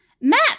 Matt